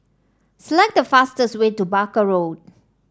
select the fastest way to Barker Road